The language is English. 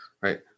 Right